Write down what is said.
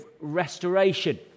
restoration